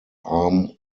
arm